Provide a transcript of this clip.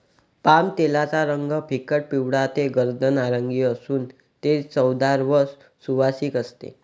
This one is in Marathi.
पामतेलाचा रंग फिकट पिवळा ते गर्द नारिंगी असून ते चवदार व सुवासिक असते